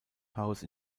house